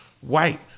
white